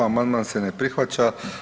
Amandman se ne prihvaća.